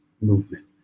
movement